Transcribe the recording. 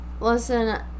listen